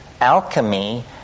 alchemy